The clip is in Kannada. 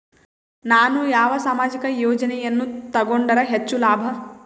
ನಾನು ಯಾವ ಸಾಮಾಜಿಕ ಯೋಜನೆಯನ್ನು ತಗೊಂಡರ ಹೆಚ್ಚು ಲಾಭ?